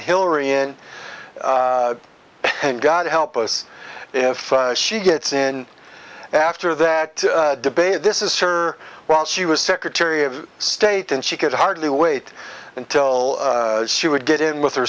hillary in and god help us if she gets in after that debate this is her while she was secretary of state and she could hardly wait until she would get in with her